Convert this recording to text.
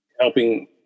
helping